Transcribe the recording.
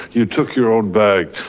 you took your own bag.